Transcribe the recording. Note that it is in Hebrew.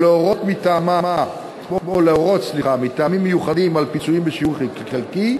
או להורות מטעמים מיוחדים על פיצויים בשיעור חלקי,